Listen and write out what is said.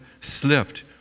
slipped